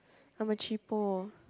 I'm a cheapo